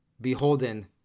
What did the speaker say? beholden